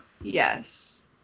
Yes